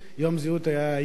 יום הזהות היהודית.